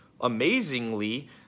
amazingly